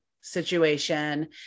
situation